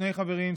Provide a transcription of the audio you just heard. שני חברים,